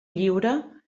lliure